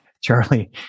Charlie